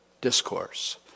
Discourse